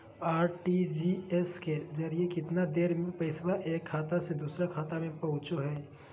RTGS के जरिए कितना देर में पैसा एक खाता से दुसर खाता में पहुचो है?